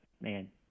man